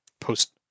post